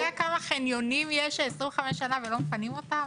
אתה יודע כמה חניונים יש 25 שנה ולא מפנים אותם?